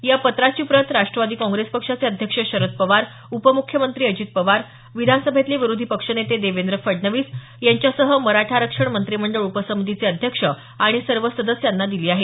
या पत्राची प्रत राष्ट्रवादी काँग्रेस पक्षाचे अध्यक्ष शरद पवार उपमुख्यमंत्री अजित पवार विधानसभेतले विरोधी पक्षनेते देवेंद्र फडणवीस यांच्यासह मराठा आरक्षण मंत्रिमंडळ उपसमितीचे अध्यक्ष आणि सर्व सदस्याना दिली आहे